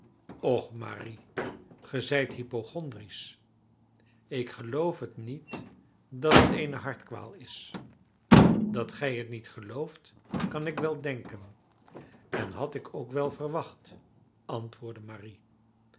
och marie ge zijt hypochondrisch ik geloof het niet dat het eene hartkwaal is dat gij het niet gelooft kan ik wel denken en had ik ook wel verwacht antwoordde marie